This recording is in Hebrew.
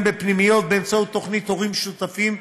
בפנימיות באמצעות תוכנית הורים שותפים,